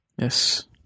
Yes